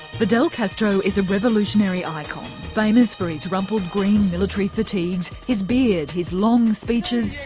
fidel castro is a revolutionary icon famous for his rumpled green military fatigues, his beard, his long speeches,